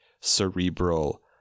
cerebral